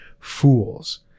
fools